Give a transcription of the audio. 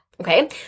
Okay